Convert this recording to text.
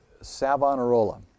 Savonarola